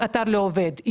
האתר לא עובד,